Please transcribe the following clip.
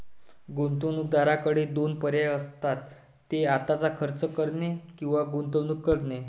गुंतवणूकदाराकडे दोन पर्याय असतात, ते आत्ताच खर्च करणे किंवा गुंतवणूक करणे